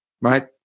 Right